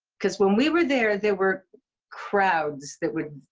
because when we were there, there were crowds that would,